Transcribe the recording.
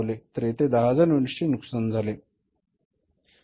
तर येथे 10000 युनिट्स चे नुकसान झाले